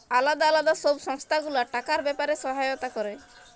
আলদা আলদা সব সংস্থা গুলা টাকার ব্যাপারে সহায়তা ক্যরে